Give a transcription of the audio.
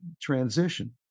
transition